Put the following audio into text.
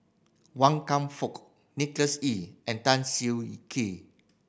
Wan Kam Fook Nicholas Ee and Tan Siah Kwee